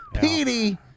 Petey